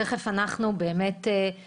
תכף אנחנו נבדוק.